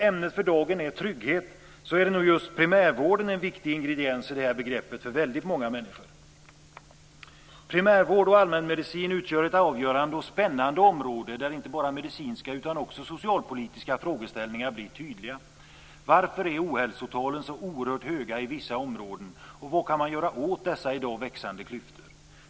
Ämnet för den här debatten är trygghet, och primärvården är för väldigt många människor en viktig ingrediens i detta begrepp. Primärvård och allmänmedicin utgör ett avgörande och spännande område där inte bara medicinska utan också socialpolitiska frågeställningar blir tydliga. Varför är ohälsotalen så oerhört höga i vissa områden, och vad kan man göra åt dessa i dag växande klyftor?